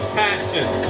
passion